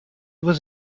was